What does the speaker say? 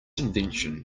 invention